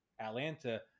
Atlanta